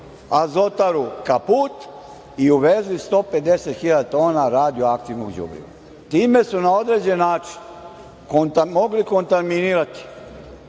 Azotaru kaput i uvezli 150 hiljada tona radioaktivnog đubriva. Time su na određen način mogli kontaminirati